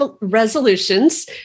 resolutions